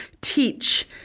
teach